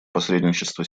посредничества